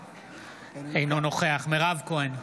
אינו נוכח מירב כהן,